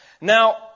Now